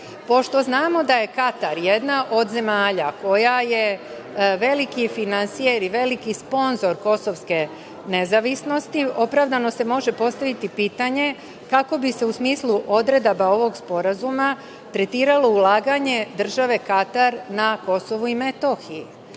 Pošto znamo da je Katar jedna od zemalja koja je veliki finansijer i veliki sponzor kosovske nezavisnosti, opravdano se može postaviti pitanje kako bi se u smislu odredaba ovog sporazuma tretiralo ulaganje države Katar na KiM.